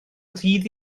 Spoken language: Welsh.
ddydd